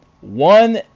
one